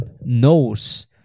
knows